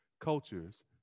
cultures